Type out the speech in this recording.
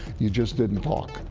you just didn't talk.